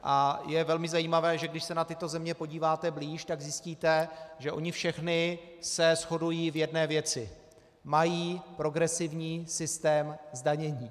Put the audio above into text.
A je velmi zajímavé, že když se na tyto země podíváte blíž, tak zjistíte, že ony všechny se shodují v jedné věci mají progresivní systém zdanění.